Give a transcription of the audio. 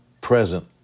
present